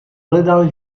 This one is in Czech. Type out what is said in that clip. hledal